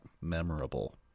memorable